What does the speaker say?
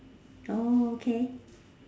orh okay